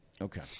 Okay